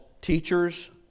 teachers